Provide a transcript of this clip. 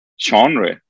genre